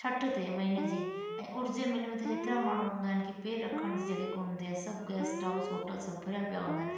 छह ते महीने जी ऐं उर्ज जे मेले में त एतिरा माण्हू हूंदा आहिनि की पैर रखण जी जॻह कोन हूंदी आहे सभु गेस्टहाउस होटल सब भरिया पिया हूंदा आहिनि